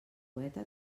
poeta